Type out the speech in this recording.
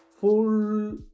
Full